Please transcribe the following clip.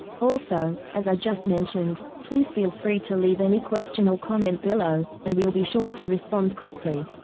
also, as i just mentioned, please feel free to leave any question or comment below, and we will be sure to respond quickly.